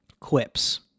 quips